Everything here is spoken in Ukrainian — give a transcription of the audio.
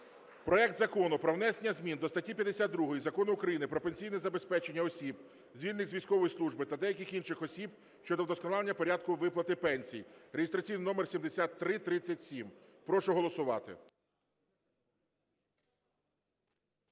проект Закону про внесення змін до статті 52 Закону України "Про пенсійне забезпечення осіб, звільнених з військової служби, та деяких інших осіб" щодо вдосконалення порядку виплати пенсій (реєстраційний номер 7337). Прошу голосувати.